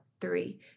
three